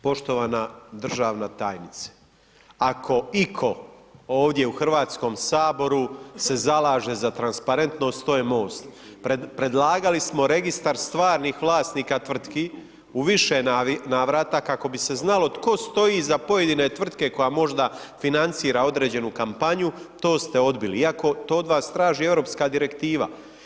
Poštovana državna tajnice, ako iko ovdje u Hrvatskom saboru se zalaže za transparentnost to je MOST, predlagali smo registar stvarnih vlasnika tvrtki u više navrata kako bi se znalo tko stoji iza pojedine tvrtke koja možda financira određenu kampanju, to ste odbili iako to od vas traži Europska direktiva.